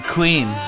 Queen